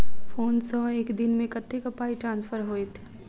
Phone सँ एक दिनमे कतेक पाई ट्रान्सफर होइत?